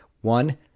One